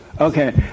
Okay